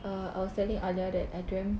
err I was telling aliyah that I dreamt